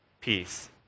peace